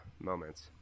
moments